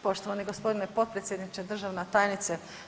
Poštovani g. potpredsjedniče, državna tajnice.